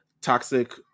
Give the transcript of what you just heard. Toxic